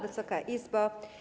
Wysoka Izbo!